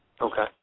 Okay